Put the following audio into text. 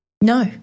No